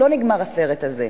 לא נגמר הסרט הזה.